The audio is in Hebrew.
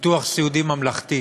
ביטוח סיעודי ממלכתי.